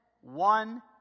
one